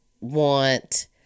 want